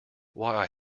why